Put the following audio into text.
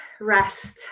rest